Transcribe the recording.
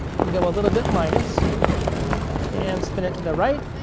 and go a little bit minus and spin it to the right